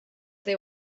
they